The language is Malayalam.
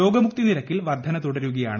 രോഗമുക്തി നിരക്കിൽ വർധന തുടരുകയാണ്